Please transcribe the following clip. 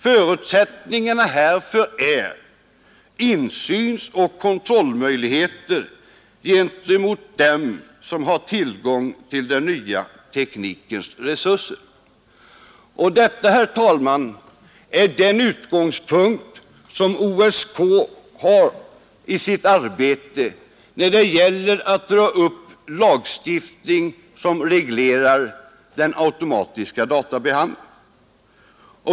Förutsättningarna härför är insynsoch kontrollmöjligheter gentemot dem som har tillgång till den nya teknikens resurser. Detta, herr talman, är den utgångspunkt som OSK har i sitt arbete på att utforma en lagstiftning som reglerar den automatiska databehandlingen.